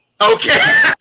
Okay